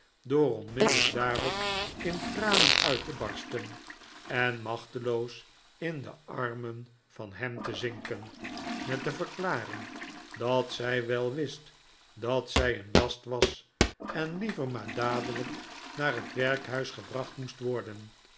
door onmiddellijk daarop in tranen uit te barsten en machteloos in de armen van ham te zinken met de verklaring dat zij wei wist dat zij een last was en liever maar dadelijk naar het werkhuis gebracht moest worden